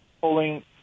pulling